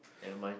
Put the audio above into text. nevermind